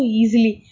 easily